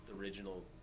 original